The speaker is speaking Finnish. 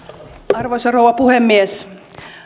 arvoisa rouva puhemies